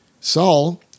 Saul